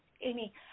Amy